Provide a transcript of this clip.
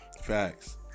Facts